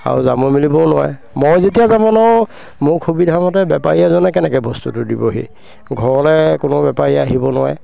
আৰু যাব মেলিবও নোৱাৰে মই যেতিয়া যাব নোৱাৰো মোক সুবিধামতে বেপাৰী এজনে কেনেকৈ বস্তুটো দিবহি ঘৰলৈ কোনো বেপাৰী আহিব নোৱাৰে